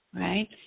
right